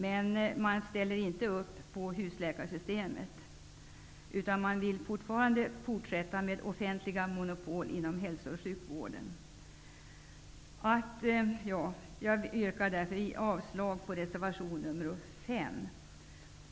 Men Socialdemokraterna ställer inte upp på husläkarsystemet utan vill fortsätta med offentliga monopol inom hälsooch sjukvården. Jag yrkar därför avslag på reservation 5.